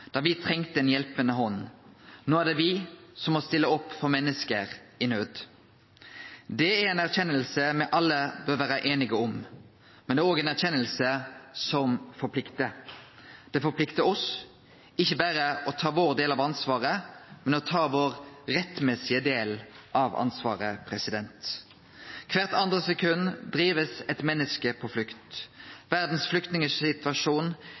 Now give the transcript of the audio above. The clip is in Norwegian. da vi trengte en hjelpende hånd. Nå er det vi som må stille opp for mennesker i nød.» Det er ei erkjenning me alle bør vere einige om, men det er òg ei erkjenning som forpliktar. Det forpliktar oss, ikkje berre til å ta vår del av ansvaret, men til å ta vår rettmessige del av ansvaret. Kvart andre sekund blir eit menneske drive på flukt. Verdas flyktningsituasjon